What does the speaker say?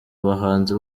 bahanzi